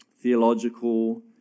theological